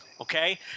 okay